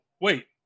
wait